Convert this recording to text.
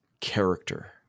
character